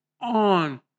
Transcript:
on